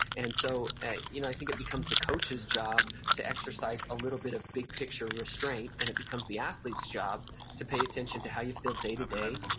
and so ah you know i think it becomes the coach's job to exercise a little bit of big picture restraint. and it becomes the athlete's job to pay attention to how you feel day to day,